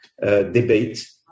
debate